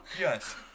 Yes